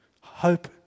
Hope